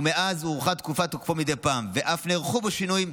ומאז הוארכה תקופת תוקפו מדי פעם ואף נערכו בו שינויים,